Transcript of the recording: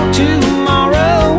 tomorrow